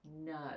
No